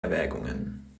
erwägungen